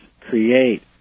create